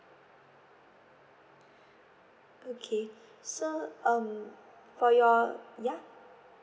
okay so um for your ya